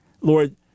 Lord